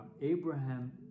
Abraham